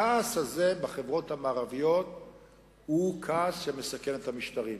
הכעס הזה בחברות המערביות הוא כעס שמסכן את המשטרים.